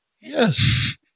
Yes